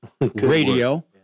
radio